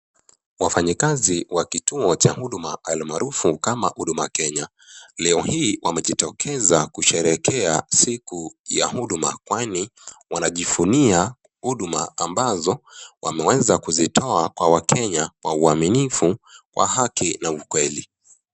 Wafanyikazi wa kituo wa huduma almarufu kama huduma kenya, leo hii wameji tokeza kusherekea siku ya huduma kwani wanajifunia huduma, ambazo za kujitoa kwa kenya wa uwaminifu wa haki na ukweli.